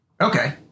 Okay